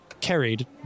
carried